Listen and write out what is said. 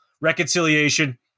reconciliation